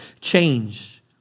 change